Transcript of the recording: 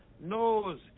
knows